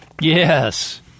yes